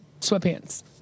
sweatpants